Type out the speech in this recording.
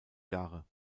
jahre